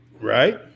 Right